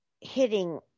hitting